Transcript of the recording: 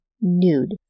Nude